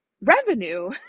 revenue